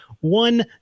one